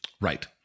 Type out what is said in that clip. Right